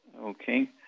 Okay